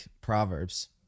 Proverbs